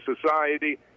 society